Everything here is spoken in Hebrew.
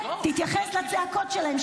תתייחס לצעקות שלהם,